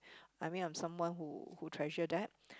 I mean I'm someone who who treasure that